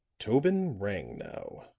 tobin rangnow.